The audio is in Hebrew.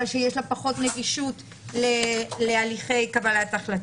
שיש לו פחות נגישות להליכי קבלת החלטות.